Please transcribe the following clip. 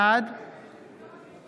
בעד